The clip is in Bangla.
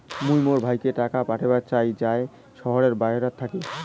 মুই মোর ভাইকে টাকা পাঠাবার চাই য়ায় শহরের বাহেরাত থাকি